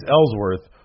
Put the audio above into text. Ellsworth